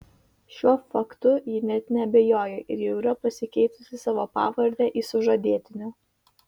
šiuo faktu ji net neabejoja ir jau yra pasikeitusi savo pavardę į sužadėtinio